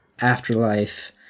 Afterlife